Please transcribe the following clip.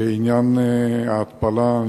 עניין ההתפלה,